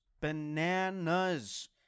Bananas